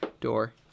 door